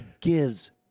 gives